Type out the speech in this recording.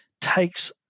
takes